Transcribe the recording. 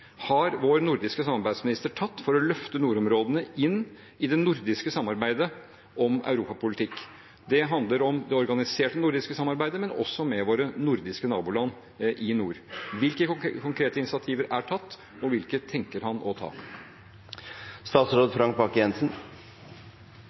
har vår nordiske samarbeidsminister tatt for å løfte nordområdene inn i det nordiske samarbeidet om europapolitikk? Det handler om det organiserte nordiske samarbeidet, men også om arbeidet med våre nordiske naboland i nord. Hvilke konkrete initiativer er tatt, og hvilke tenker han å ta?